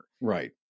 Right